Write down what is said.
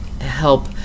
help